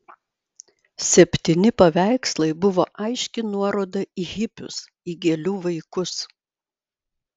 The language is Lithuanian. septyni paveikslai buvo aiški nuoroda į hipius į gėlių vaikus